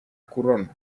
couronne